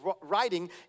writing